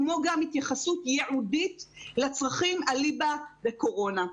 כמו גם התייחסות ייעודית לצרכים אליבא דקורונה.